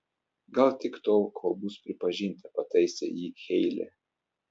gal tik tol kol bus pripažinta pataisė jį heile